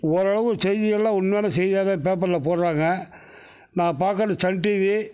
ஓரளவு செய்தியெல்லாம் உண்மையான செய்தியாக தான் பேப்பரில் போடுகிறாங்க நான் பாக்கிறது சன் டிவி